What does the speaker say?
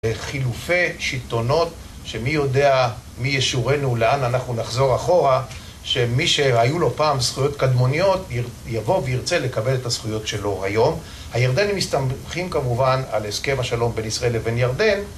וחילופי שלטונות שמי יודע מי ישורנו, לאן אנחנו נחזור אחורה שמי שהיו לו פעם זכויות קדמוניות יבוא וירצה לקבל את הזכויות שלו היום הירדנים מסתמכים כמובן על הסכם השלום בין ישראל לבין ירדן